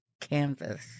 canvas